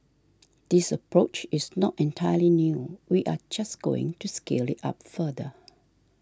this approach is not entirely new we are just going to scale it up further